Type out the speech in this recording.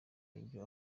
ibyo